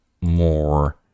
more